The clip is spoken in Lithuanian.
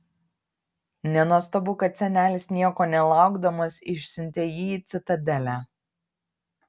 nenuostabu kad senelis nieko nelaukdamas išsiuntė jį į citadelę